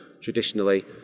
traditionally